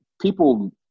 people